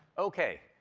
ok,